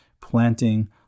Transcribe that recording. planting